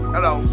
Hello